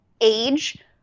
age